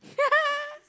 yeah